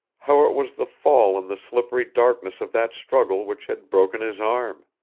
how it was the fall in the slippery darkness of that struggle which had broken his arm.